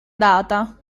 data